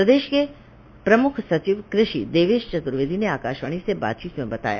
प्रदेश के प्रमुख सचिव कृषि देवेश चतुर्वेदी ने आकाशवाणी से बाचतीत में बताया